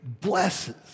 blesses